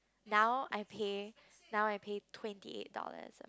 now I pay now I pay twenty eight dollars eh